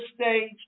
stage